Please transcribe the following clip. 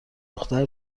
دختر